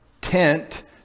tent